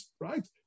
right